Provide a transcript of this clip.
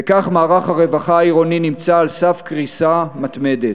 וכך, מערך הרווחה העירוני נמצא על סף קריסה מתמדת.